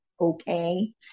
okay